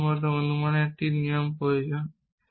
তার শুধুমাত্র অনুমানের একটি নিয়ম প্রয়োজন